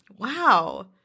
Wow